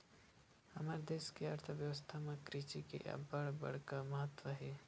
हमर देस के अर्थबेवस्था म कृषि के अब्बड़ बड़का महत्ता हे